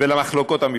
והמחלוקות המפלגתיות.